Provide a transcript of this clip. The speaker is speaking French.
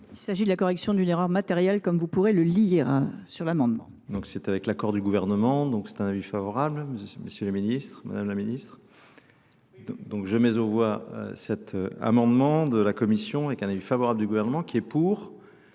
Il s'agit de la correction d'une erreur matérielle, comme vous pourrez le lire sur l'amendement. Donc c'est avec l'accord du gouvernement, donc c'est un avis favorable, Monsieur le Ministre, Madame la Ministre. Donc je mets au voie cet amendement de la Commission avec un avis favorable du gouvernement qui est pour,